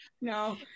no